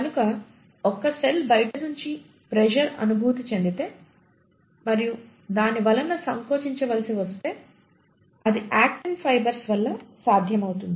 కనుక ఒక సెల్ బయట నుంచి ప్రెషర్ అనుభూతి చెందితే మరియు దాని వలన సంకోచించవలసి వస్తే అది యాక్టిన్ ఫైబర్స్ వలన సాధ్యమవుతుంది